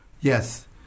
yes